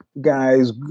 guys